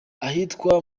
ahitwa